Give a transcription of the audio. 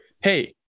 Hey